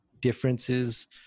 differences –